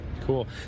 Cool